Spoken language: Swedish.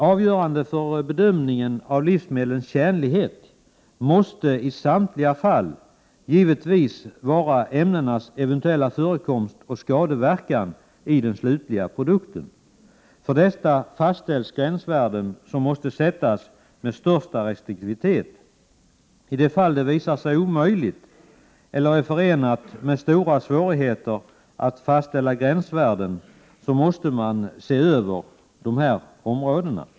Avgörande för bedömningen av livsmedlens tjänlighet måste i samtliga fall givetvis vara ämnenas eventuella förekomst och skadeverkan i den slutliga produkten. För detta fastställs gränsvärden, som måste sättas med största restriktivitet. I de fall där det visar sig omöjligt eller förenat med stora svårigheter att fastställa gränsvärden måste man se över förhållandena.